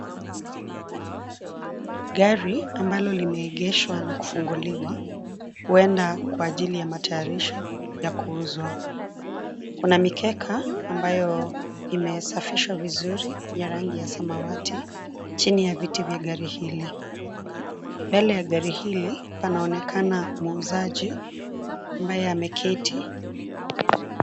Gari ambalo limeegeshwa na kufunguliwa, huenda kwa ajili ya matayarisho ya kuuzwa. Kuna mikeka ambayo imesafishwa vizuri, ya rangi ya samawati, chini ya viti vya gari hili. Mbele ya gari hili panaonekana muuzaji ambaye ameketi.